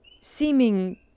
seeming